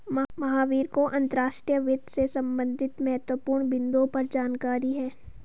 महावीर को अंतर्राष्ट्रीय वित्त से संबंधित महत्वपूर्ण बिन्दुओं पर जानकारी है